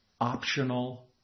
optional